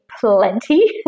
plenty